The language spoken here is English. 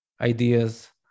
ideas